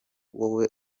wowe